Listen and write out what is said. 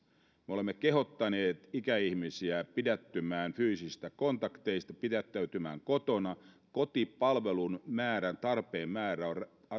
me olemme kehottaneet ikäihmisiä pidättymään fyysisistä kontakteista pidättäytymän kotona ja kotipalvelun tarpeen määrä on